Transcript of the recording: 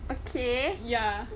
okay